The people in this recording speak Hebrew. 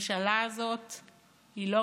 ביבי טוב לנתניהו ורע לכולנו.